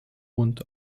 und